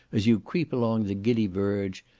as you creep along the giddy verge,